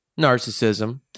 narcissism